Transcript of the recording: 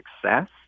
success